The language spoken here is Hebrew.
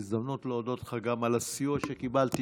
זו הזדמנות להודות לך גם על הסיוע שקיבלתי